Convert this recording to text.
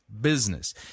business